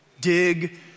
Dig